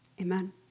Amen